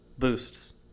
Boosts